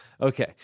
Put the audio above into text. Okay